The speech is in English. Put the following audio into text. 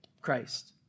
Christ